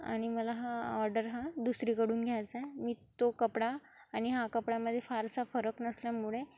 आणि मला हा ऑर्डर हा दुसरीकडून घ्यायचा आहे मी तो कपडा आणि हा कपड्यामध्ये फारसा फरक नसल्यामुळे